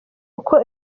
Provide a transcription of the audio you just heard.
uko